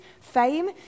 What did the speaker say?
fame